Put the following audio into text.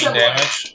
damage